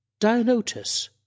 Dionotus